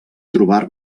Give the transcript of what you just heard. trobar